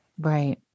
Right